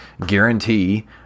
guarantee